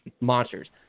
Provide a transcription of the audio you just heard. monsters